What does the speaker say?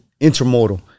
Intermodal